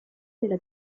della